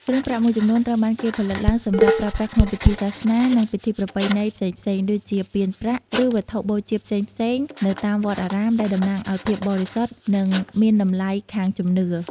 គ្រឿងប្រាក់មួយចំនួនត្រូវបានគេផលិតឡើងសម្រាប់ប្រើប្រាស់ក្នុងពិធីសាសនា និងពិធីប្រពៃណីផ្សេងៗ ដូចជាពានប្រាក់ ឬវត្ថុបូជាផ្សេងៗនៅតាមវត្តអារាម ដែលតំណាងឱ្យភាពបរិសុទ្ធ និងមានតម្លៃខាងជំនឿ។